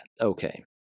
Okay